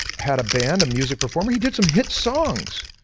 had a band, a music performer, he did some hit songs.